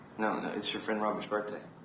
no. and it's your friend robert's birthday.